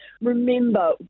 remember